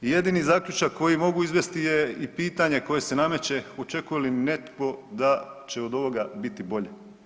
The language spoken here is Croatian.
I jedini zaključak koji mogu izvesti je i pitanje koje se nameće, očekuje li netko da će od ovoga biti bolje?